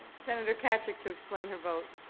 senator tkaczyk to explain her vote.